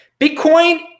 Bitcoin